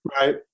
right